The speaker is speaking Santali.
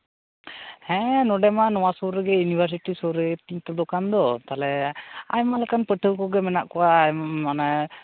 ᱦᱮᱸ ᱱᱚᱸᱰᱮ ᱢᱟ ᱱᱚᱣᱟ ᱥᱩᱨ ᱨᱮᱜᱮ ᱤᱭᱩᱱᱤᱵᱷᱟᱨᱥᱤᱴᱤ ᱥᱩᱨ ᱨᱮᱜᱮ ᱛᱤᱧ ᱛᱚ ᱫᱚᱠᱟᱱ ᱫᱚ ᱛᱟᱦᱞᱮ ᱟᱭᱢᱟ ᱞᱮᱠᱟᱱ ᱯᱟᱹᱴᱷᱩᱣᱟᱹ ᱠᱚᱜᱮ ᱢᱮᱱᱟᱜ ᱠᱚᱣᱟ ᱢᱟᱱᱮ